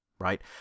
right